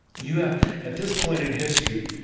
yeah at this point in history,